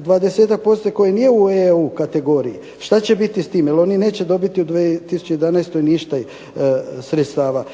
% koje nije u EU kategoriji. Šta će biti s tim, jel oni neće dobiti u 2011. ništa sredstava?